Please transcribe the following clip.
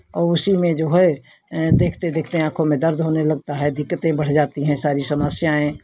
और उसी में जो है देखते देखते आँखों में दर्द होने लगता है दिक्कतें बढ़ जाती हैं सारी समस्याएँ